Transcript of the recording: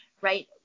right